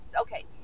okay